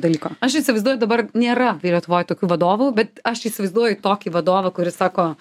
dalyko aš įsivaizduoju dabar nėra lietuvoj tokių vadovų bet aš įsivaizduoju tokį vadovą kuris sako